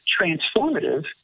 transformative